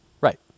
Right